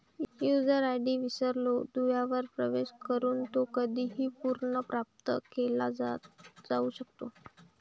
user ID विसरलो दुव्यावर प्रवेश करून तो कधीही पुनर्प्राप्त केला जाऊ शकतो